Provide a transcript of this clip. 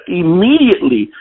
immediately